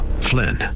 Flynn